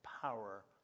power